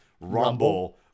rumble